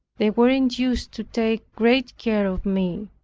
they were induced to take great care of me.